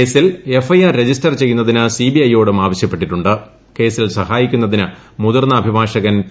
കേസിൽ F I R register ചെയ്യുന്നതിന് CBI യോടും ആവശ്യപ്പെട്ടിട്ടു കേസിൽ സഹായിക്കുന്നതിന് മുതിർന്ന അഭിഭാഷകൻ പി